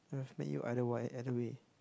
I've met you either why either way